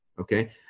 Okay